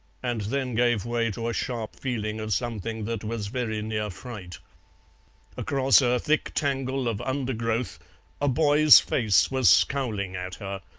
and then gave way to a sharp feeling of something that was very near fright across a thick tangle of undergrowth a boy's face was scowling at her,